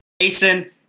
Jason